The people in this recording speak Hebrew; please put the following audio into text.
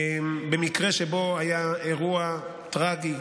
במקרה שבו היה אירוע טרגי